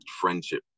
friendship